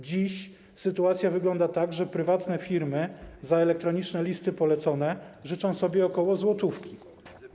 Dziś sytuacja wygląda tak, że prywatne firmy za elektroniczne listy polecone życzą sobie ok. złotówki.